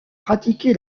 pratiqué